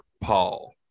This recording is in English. paul